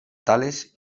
tales